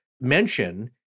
mention